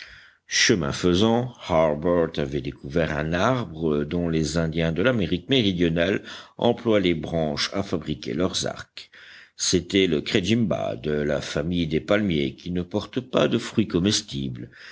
chemin faisant harbert avait découvert un arbre dont les indiens de l'amérique méridionale emploient les branches à fabriquer leurs arcs c'était le crejimba de la famille des palmiers qui ne porte pas de fruits comestibles